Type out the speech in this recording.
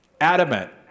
Adamant